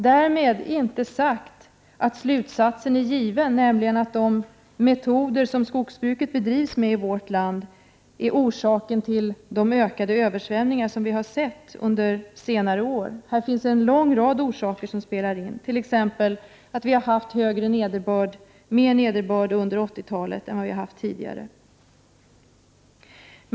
Därmed inte sagt att slutsatsen är given, nämligen att de metoder som skogsbruket bedrivs med i vårt land är orsaken till de ökade översvämningar som vi har upplevt under senare år. Här finns en lång rad orsaker som spelar in, t.ex. att vi har haft högre nederbörd under 80-talet än tidigare.